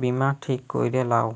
বীমা ঠিক ক্যরে লাও